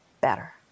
better